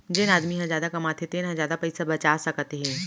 जेन आदमी ह जादा कमाथे तेन ह जादा पइसा बचा सकत हे